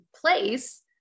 place